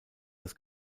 das